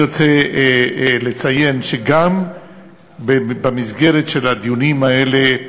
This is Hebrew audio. אני רוצה לציין שגם במסגרת של הדיונים האלה,